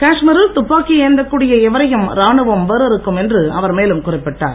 காஷ்மீரில் துப்பாக்கி ஏந்தக்கூடிய எவரையும் ராணுவம் வேரறுக்கும் என்று அவர் மேலும் குறிப்பிட்டார்